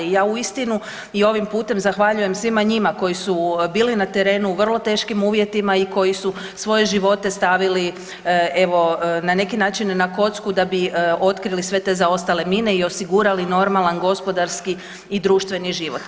I ja uistinu i ovim putem zahvaljujem svima njima koji su bili na terenu u vrlo teškim uvjetima i koji su svoje živote stavili, evo na neki način, na kocku da bi otkrili sve te zaostale mine i osigurali normalan gospodarski i društveni život.